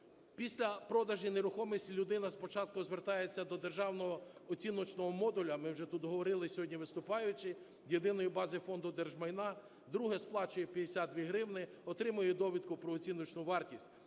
Після продажу нерухомості людина спочатку звертається до державного оціночного модуля, ми вже тут говорили, сьогодні виступаючи, єдиної бази Фонду держмайна. Другий сплачує 52 гривні, отримує довідку про оціночну вартість.